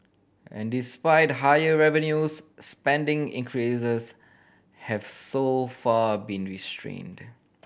and despite higher revenues spending increases have so far been restrained